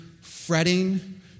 fretting